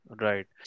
Right